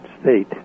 State